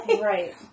Right